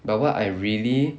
but what I really